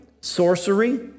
sorcery